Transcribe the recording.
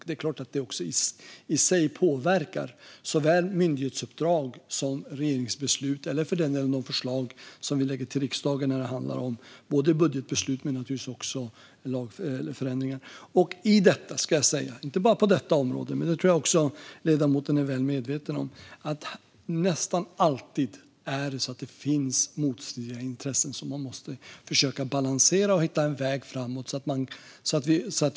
Det är klart att det i sig påverkar såväl myndighetsuppdrag som regeringsbeslut, eller för den delen de förslag som vi lägger fram till riksdagen när det handlar om budgetbeslut och - naturligtvis - lagändringar. I detta ska jag också säga att det, vilket jag tror att ledamoten är väl medveten om, nästan alltid finns motstridiga intressen som man måste försöka balansera och hitta en väg framåt med.